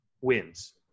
wins